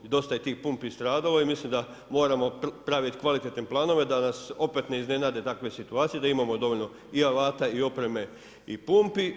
I dosta je tih pumpi stradalo i mislim da moramo praviti kvalitetne planove da nas opet ne iznenade takve situacije, da imamo dovoljno i alata i opreme i pumpi.